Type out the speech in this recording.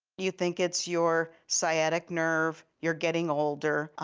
you think it's your sciatic nerve, you're getting older.